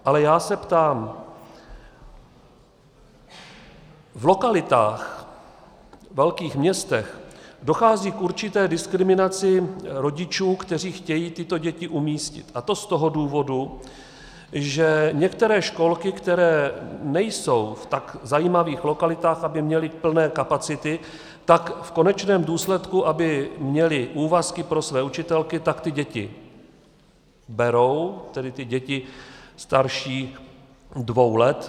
Ale já se ptám, v lokalitách, ve velkých městech dochází k určité diskriminaci rodičů, kteří chtějí tyto děti umístit, a to z toho důvodu, že některé školky, které nejsou v tak zajímavých lokalitách, aby měly plné kapacity, tak v konečném důsledku, aby měly úvazky pro své učitelky, tak ty děti berou, tedy ty děti starší dvou let.